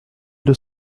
deux